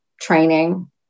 training